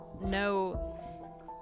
No